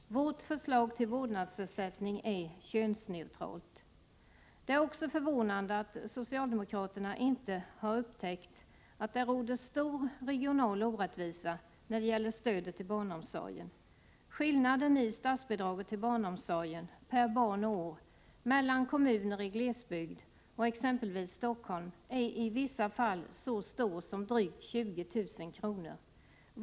Vårt förslag till vårdnadsersättning är könsneutralt. Det är också förvånande att socialdemokraterna inte har upptäckt att det råder stor regional orättvisa när det gäller stöd till barnomsorgen. Skillnaden i fråga om statsbidrag till barnomsorgen per barn och år mellan kommuner i glesbygd och exempelvis Stockholm är i vissa fall så stor som drygt 20 000 kr.